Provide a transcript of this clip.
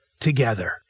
together